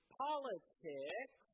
politics